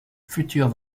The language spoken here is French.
futurs